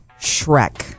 Shrek